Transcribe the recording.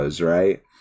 right